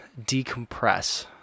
decompress